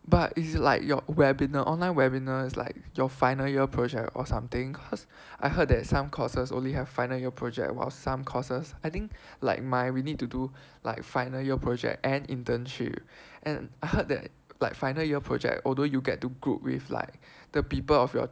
but is it like your webinar online webinar it's like your final year project or something because I heard that some courses only have final year project while some courses I think like mine we need to do like final year project and internship and I heard that like final year project although you get to group with like the people of your